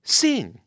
sing